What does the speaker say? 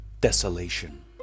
desolation